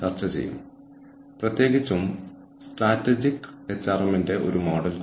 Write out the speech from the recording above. ക്ഷമിക്കണം ഷുലറും ജാക്സണും എഴുതിയ ഒരു പേപ്പർ ഉണ്ട്